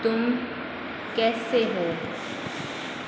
तुम कैसे हो